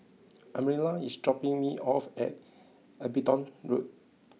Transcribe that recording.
Amira is dropping me off at Abingdon Road